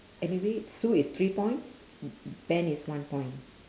anyway sue is three points ben is one point